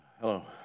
Hello